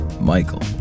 Michael